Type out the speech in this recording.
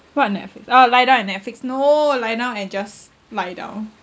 what Netflix oh lie down and Netflix no lie down and just lie down